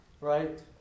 Right